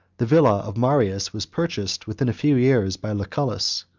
the villa of marius was purchased, within a few years, by lucullus,